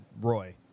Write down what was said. Roy